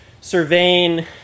surveying